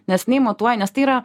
nes nei matuoja nes tai yra